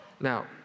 Now